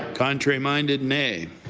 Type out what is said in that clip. contrary-minded, nay.